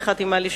בסיוון תשס"ט (10 ביוני 2009):